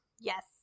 Yes